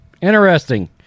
Interesting